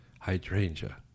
hydrangea